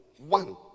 One